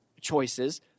choices